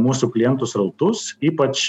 mūsų klientų srautus ypač